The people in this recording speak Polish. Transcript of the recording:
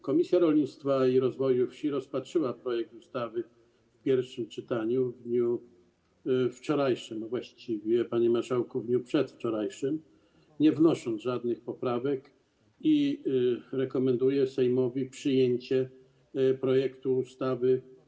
Komisja Rolnictwa i Rozwoju Wsi rozpatrzyła projekt ustawy w pierwszym czytaniu w dniu wczorajszym, a właściwie, panie marszałku, w dniu przedwczorajszym, nie wnosząc żadnych poprawek, i rekomenduje Sejmowi przyjęcie projektu ustawy.